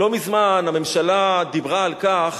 לא מזמן הממשלה דיברה על כך